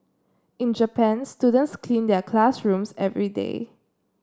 in Japan students clean their classrooms every day